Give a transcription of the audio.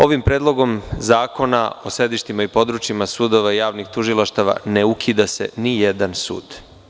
Ovim Predlogom zakona o sedištima i područjima sudova i javnih tužilaštava ne ukida se nijedan sud.